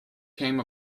came